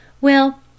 Well